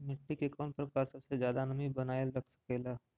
मिट्टी के कौन प्रकार सबसे जादा नमी बनाएल रख सकेला?